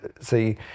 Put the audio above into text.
see